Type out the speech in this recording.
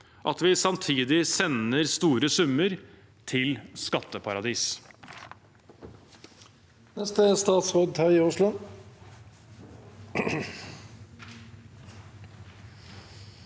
at vi samtidig sender store summer til skatteparadiser?